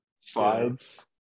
Slides